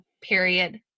period